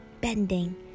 bending